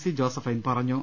C Josephine പറഞ്ഞു